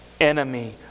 enemy